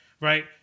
right